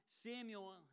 Samuel